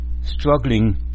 struggling